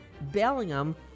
Bellingham